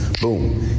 Boom